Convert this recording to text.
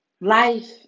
Life